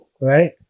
right